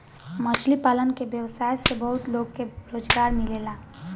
मछली पालन के व्यवसाय से बहुत लोग के रोजगार मिलेला